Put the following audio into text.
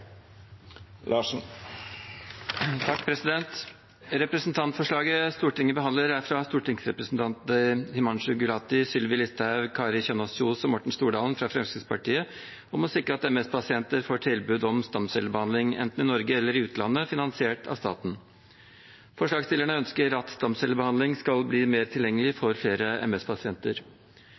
Representantforslaget Stortinget behandler, er fra stortingsrepresentantene Himanshu Gulati, Sylvi Listhaug, Kari Kjønaas Kjos og Morten Stordalen fra Fremskrittspartiet om å sikre at MS-pasienter får tilbud om stamcellebehandling, enten i Norge eller i utlandet, finansiert av staten. Forslagsstillerne ønsker at stamcellebehandling skal bli mer tilgjengelig for